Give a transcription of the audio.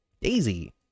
Daisy